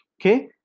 okay